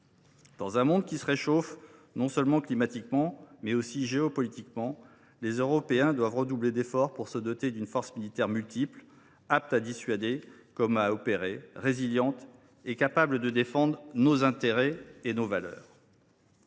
Dans un monde qui se réchauffe, d’un point de vue non seulement climatique, mais aussi géopolitique, les Européens doivent redoubler d’efforts pour se doter d’une force militaire multiple, apte à dissuader comme à opérer, résiliente et capable de défendre nos intérêts et nos valeurs.